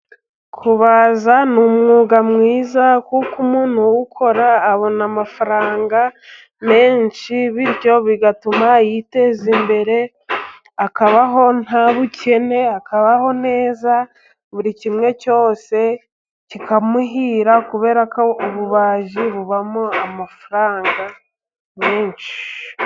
Kubaza ni umwuga mwiza kuko umuntu uwukora abona amafaranga menshi bityo bigatuma yiteza imbere, akabaho nta bukene, akabaho neza, buri kimwe cyose kikamuhira kubera ko ububaji bubamo amafaranga menshi.